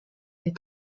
des